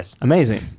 amazing